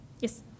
Yes